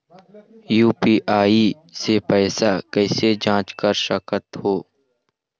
UPI से पैसा कैसे जाँच कर सकत हो?